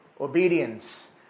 obedience